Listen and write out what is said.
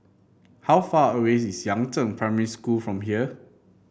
how far away is Yangzheng Primary School from here